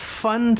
fun